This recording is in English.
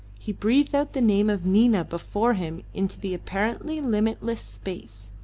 he breathed out the name of nina before him into the apparently limitless space,